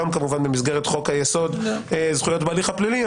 גם כמובן במסגרת חוק היסוד זכויות בהליך הפלילי.